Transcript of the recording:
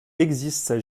existent